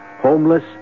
Homeless